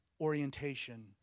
orientation